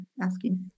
asking